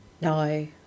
No